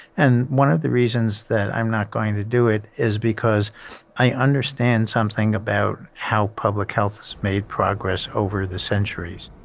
and one of the reasons that i'm not going to do it is because i understand something about how public health has made progress over the centuries.